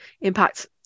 impact